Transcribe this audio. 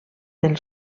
del